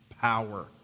power